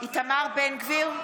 איתמר בן גביר,